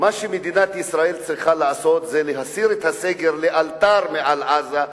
מה שמדינת ישראל צריכה לעשות זה להסיר לאלתר את הסגר מעל עזה,